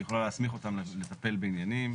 היא יכולה להסמיך אותן לטפל בעניינים,